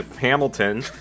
Hamilton